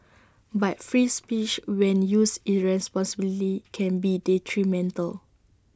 but free speech when used irresponsibly can be detrimental